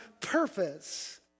purpose